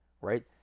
right